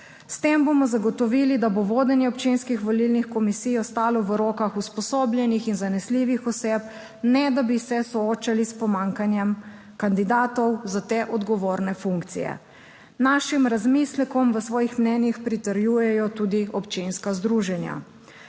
S tem bomo zagotovili, da bo vodenje občinskih volilnih komisij ostalo v rokah usposobljenih in zanesljivih oseb, ne da bi se soočali s pomanjkanjem kandidatov za te odgovorne funkcije. Našim razmislekom v svojih mnenjih pritrjujejo tudi občinska združenja.